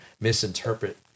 misinterpret